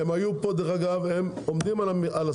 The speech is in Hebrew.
דרך אגב, הם היו פה והם עומדים על הסיפור.